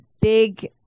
big